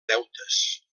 deutes